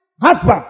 husband